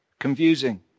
Confusing